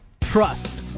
Trust